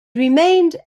remained